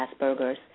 Asperger's